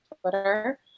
Twitter